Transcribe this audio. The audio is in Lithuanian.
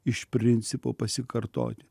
iš principo pasikartoti